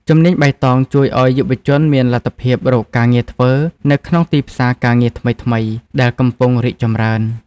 ជំនាញបៃតងជួយឱ្យយុវជនមានលទ្ធភាពរកការងារធ្វើនៅក្នុងទីផ្សារការងារថ្មីៗដែលកំពុងរីកចម្រើន។